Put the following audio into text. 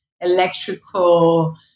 electrical